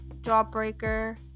jawbreaker